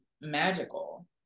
magical